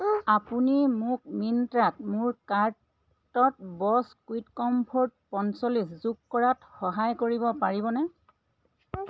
আপুনি মোক মিন্ত্ৰাত মোৰ কাৰ্টত ব'ছ কুইক কমফৰ্ট পঞ্চল্লিছ যোগ কৰাত সহায় কৰিব পাৰিবনে